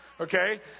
Okay